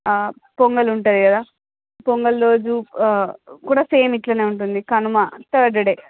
పొంగల్ ఉంటుంది కదా పొంగల్ రోజు కూడా సేమ్ ఇట్లనే ఉంటుంది కనుమ థర్డ్ డే